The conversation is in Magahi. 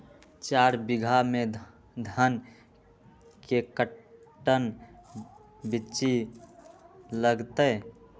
चार बीघा में धन के कर्टन बिच्ची लगतै?